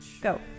Go